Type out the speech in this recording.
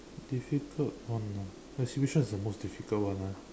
difficult one ah I see which one is the most difficult one ah